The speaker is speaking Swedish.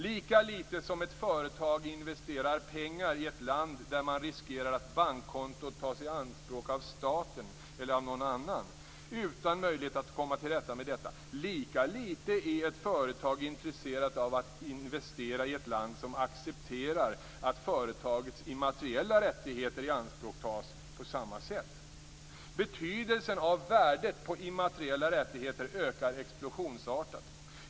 Lika litet som ett företag investerar pengar i ett land där man riskerar att bankkontot tas i anspråk av staten eller av någon annan utan möjlighet att komma till rätta med detta, lika litet är ett företag intresserat av att investera i ett land som accepterar att företagets immateriella rättigheter ianspråktas på samma sätt. Betydelsen av värdet på immateriella rättigheter ökar explosionsartat.